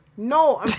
No